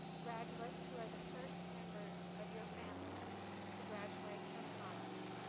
graduates who are the first members of your family to graduate from college,